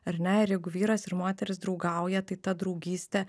ar ne ir jeigu vyras ir moteris draugauja tai ta draugystė